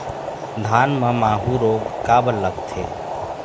धान म माहू रोग काबर लगथे?